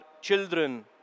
children